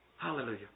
Hallelujah